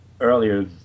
earlier